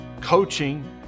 Coaching